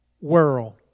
world